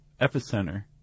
epicenter